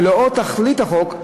ולאור תכלית החוק,